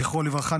זכרו לברכה,